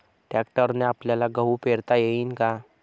ट्रॅक्टरने आपल्याले गहू पेरता येईन का?